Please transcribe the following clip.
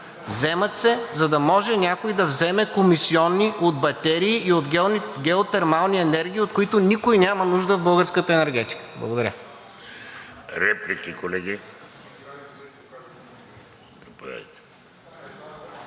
Вземат се, за да може някой да вземе комисиони от батерии и от геотермални енергии, от които никой няма нужда в българската енергетика. Благодаря. ПРЕДСЕДАТЕЛ